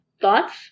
Thoughts